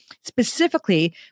Specifically